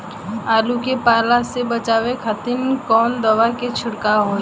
आलू के पाला से बचावे के खातिर कवन दवा के छिड़काव होई?